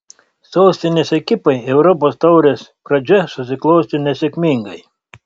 sostinės ekipai europos taurės pradžia susiklostė nesėkmingai